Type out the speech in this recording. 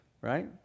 Right